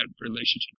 relationship